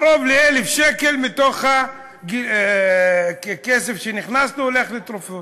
קרוב ל-1,000 שקל מתוך הכסף שנכנס לו הולך לתרופות.